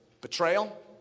Betrayal